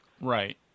Right